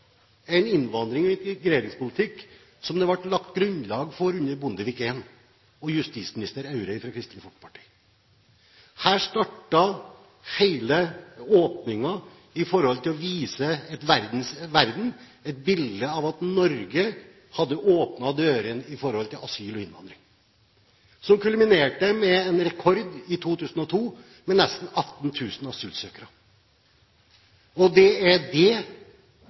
en innvandrings- og integreringspolitikk som det ble lagt grunnlag for under Bondevik I-regjeringen og justisminister Aure fra Kristelig Folkeparti. Her startet hele åpningen med hensyn til å vise verden et bilde av at Norge hadde åpnet dørene når det gjelder asyl og innvandring, noe som kulminerte med en rekord i 2002, med nesten 18 000 asylsøkere. Det er det